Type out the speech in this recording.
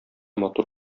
матур